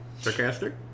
Sarcastic